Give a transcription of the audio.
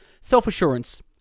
Self-assurance